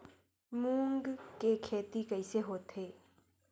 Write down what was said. मूंग के खेती कइसे होथे?